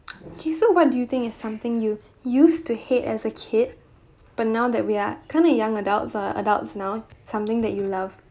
okay so what do you think it's something you used to hate as a kid but now that we are kind of young adults are adults now something that you love